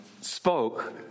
spoke